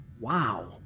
Wow